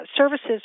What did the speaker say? services